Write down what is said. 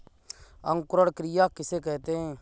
अंकुरण क्रिया किसे कहते हैं?